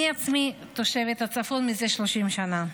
אני עצמי תושבת הצפון מזה 30 שנה.